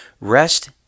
Rest